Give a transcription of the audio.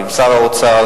ועם שר האוצר,